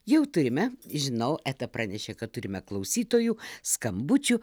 jau turime žinau eta pranešė kad turime klausytojų skambučių